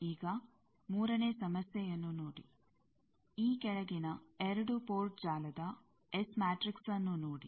ಈಗ ಮೂರನೇ ಸಮಸ್ಯೆಯನ್ನು ನೋಡಿ ಈ ಕೆಳಗಿನ 2 ಪೋರ್ಟ್ ಜಾಲದ ಎಸ್ ಮ್ಯಾಟ್ರಿಕ್ಸ್ಅನ್ನು ನೋಡಿ